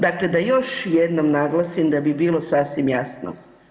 Dakle, da još jednom naglasim da bi bilo sasvim jasno.